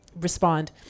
respond